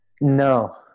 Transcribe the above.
No